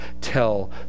tell